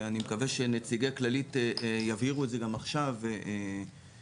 ואני מקווה שנציגי כללית יבהירו את זה גם עכשיו בדיון.